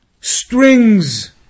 strings